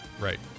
Right